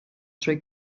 drwy